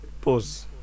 Pause